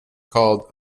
called